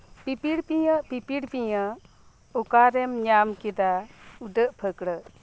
ᱯᱤᱯᱤᱲ ᱯᱤᱭᱟᱺᱜ ᱯᱤᱯᱤᱲ ᱯᱤᱭᱟᱺᱜ ᱚᱠᱟᱨᱮᱢ ᱧᱟᱢ ᱠᱮᱫᱟ ᱩᱰᱟᱹᱜ ᱯᱷᱟᱹᱠᱲᱟᱹᱜ